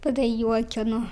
tada juokino